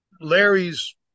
Larry's